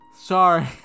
Sorry